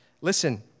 listen